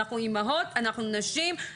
ואנחנו אימהות ונשים.